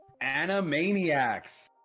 Animaniacs